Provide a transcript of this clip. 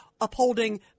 upholding